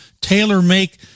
tailor-make